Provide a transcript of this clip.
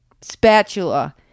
spatula